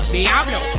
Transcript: Diablo